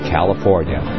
California